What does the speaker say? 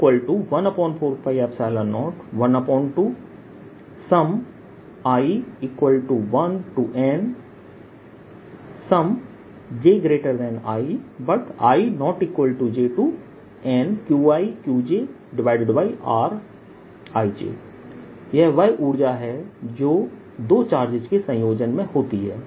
EW14π0i1 NjiNQiQjrij14π012i1 Nji i≠j NQiQjrij यह वह ऊर्जा है जो दो चार्जेस के संयोजन में होती है